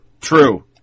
true